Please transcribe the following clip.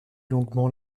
longuement